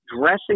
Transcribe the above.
dressing